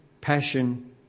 passion